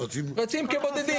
רצים כבודדים.